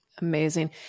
Amazing